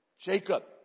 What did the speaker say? Jacob